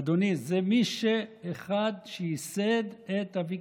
ואדוני, זה אחד שייסד את הוויקיפדיה.